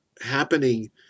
happening